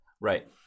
Right